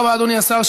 תודה רבה, אדוני השר.